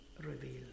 revealed